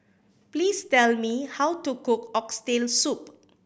please tell me how to cook Oxtail Soup